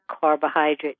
carbohydrate